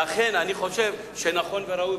ולכן אני חושב שנכון וראוי,